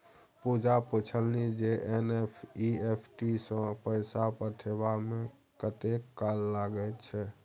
पूजा पूछलनि जे एन.ई.एफ.टी सँ पैसा पठेबामे कतेक काल लगैत छै